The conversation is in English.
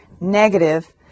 negative